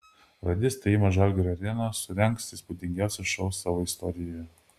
radistai ima žalgirio areną surengs įspūdingiausią šou savo istorijoje